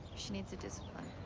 she needs the discipline.